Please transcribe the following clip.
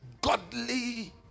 godly